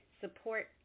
support